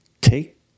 Take